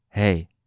Hey